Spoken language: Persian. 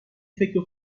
فکر